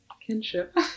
kinship